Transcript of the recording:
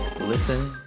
listen